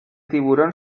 tiburón